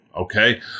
okay